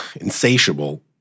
insatiable